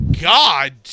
God